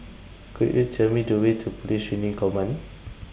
Could YOU Tell Me The Way to Police Training Command